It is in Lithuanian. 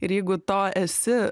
ir jeigu to esi